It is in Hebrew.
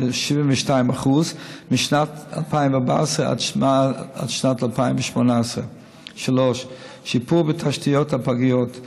ב-72% משנת 2014 עד שנת 2018. 3. שיפור בתשתיות הפגיות,